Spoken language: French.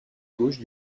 gauche